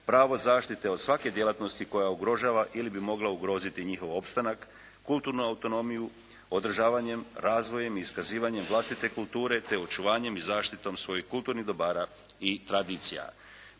pravo zaštite od svake djelatnosti koja ugrožava ili bi mogla ugroziti njihov opstanak, kulturnu autonomiju, održavanjem, razvojem i iskazivanjem vlastite kulture, te očuvanjem i zaštitom svojih kulturnih dobara i tradicija.